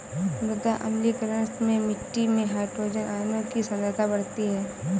मृदा अम्लीकरण में मिट्टी में हाइड्रोजन आयनों की सांद्रता बढ़ती है